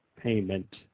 payment